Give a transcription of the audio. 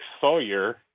Sawyer